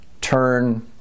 turn